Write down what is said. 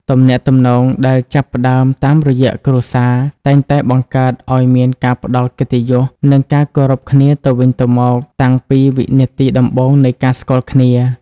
ទំនាក់ទំនងដែលចាប់ផ្តើមតាមរយៈគ្រួសារ តែងតែបង្កើតឱ្យមានការផ្ដល់កិត្តិយស និងការគោរពគ្នាទៅវិញទៅមកតាំងពីវិនាទីដំបូងនៃការស្គាល់គ្នា។